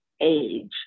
age